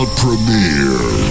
premiere